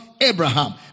Abraham